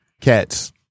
cats